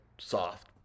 soft